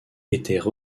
étaient